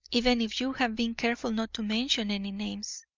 even if you have been careful not to mention any names.